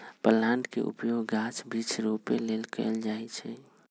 plant के उपयोग गाछ वृक्ष रोपे लेल कएल जाइ छइ